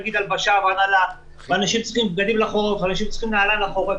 הלבשה והנעלה, אנשים צריכים בגדים ונעליים לחורף.